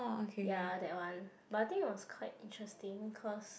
ya that one but I think it was quite interesting cause